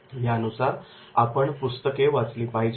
यानुसार आपण पुस्तके वाचली पाहिजेत